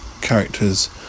characters